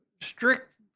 strict